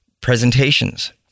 presentations